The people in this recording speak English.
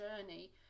journey